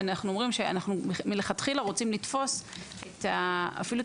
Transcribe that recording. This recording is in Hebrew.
ואנחנו אומרים שמלכתחילה אנחנו רוצים לתפוס אפילו את